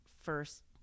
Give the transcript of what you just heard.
first